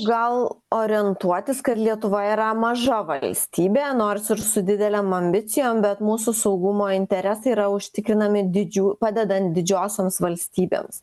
gal orientuotis kad lietuva yra maža valstybė nors ir su didelėm ambicijom bet mūsų saugumo interesai yra užtikrinami didžiu padedant didžiosioms valstybėms